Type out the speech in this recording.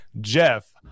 Jeff